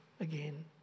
again